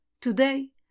Today